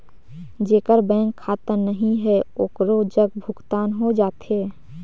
जेकर बैंक खाता नहीं है ओकरो जग भुगतान हो जाथे?